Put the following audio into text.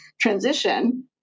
transition